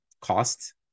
cost